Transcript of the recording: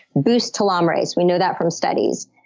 boosts telomerase. we know that from studies.